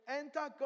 enter